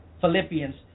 Philippians